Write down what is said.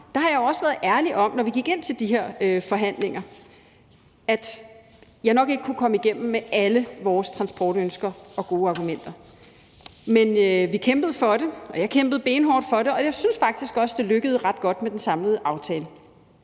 har jeg også været ærlig om, at når vi gik ind til de her forhandlinger, kunne jeg nok ikke komme igennem med alle vores transportønsker og gode argumenter, men vi kæmpede for det, og jeg kæmpede benhårdt for det, og jeg synes faktisk også, at det lykkedes ret godt med den samlede aftale.